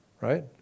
Right